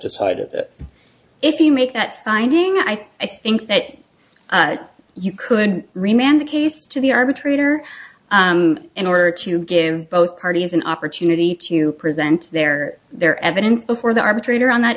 decided that if you make that finding i think that you could remain the case to the arbitrator in order to give both parties an opportunity to present their their evidence before the arbitrator on that